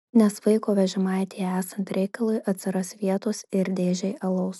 nes vaiko vežimaityje esant reikalui atsiras vietos ir dėžei alaus